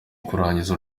kurangiza